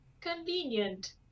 Convenient